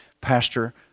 Pastor